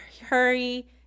hurry